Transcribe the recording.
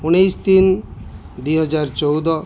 ଉଣେଇଶି ତିନ ଦୁଇ ହଜାର ଚଉଦ